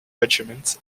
regiments